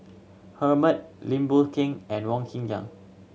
Herman Lim Boon Keng and Wong Kin Jong